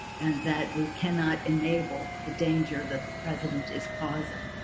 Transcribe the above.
and that we cannot enable the danger that the president is causing,